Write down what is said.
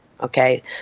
okay